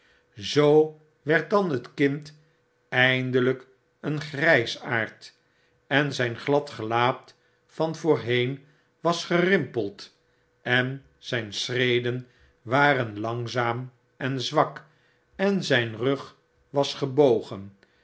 zoo werd dan het kind eindelyk een grysaard en zyn glad gelaat van voorheen was gerimpeld en zyn schreden waren langzaam en zwak en zyn rug was gebogen